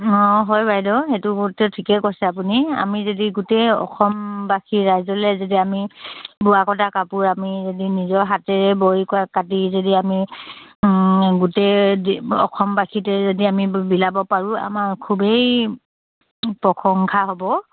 অঁ হয় বাইদেউ সেইটো গুৰুত্ব ঠিকেই কৈছে আপুনি আমি যদি গোটেই অসমবাসী ৰাইজলৈ যদি আমি বোৱা কটা কাপোৰ আমি যদি নিজৰ হাতেৰে বৈ কৰা কাটি যদি আমি গোটেই অসমবাসীতে যদি আমি বিলাব পাৰোঁ আমাৰ খুবেই প্ৰশংসা হ'ব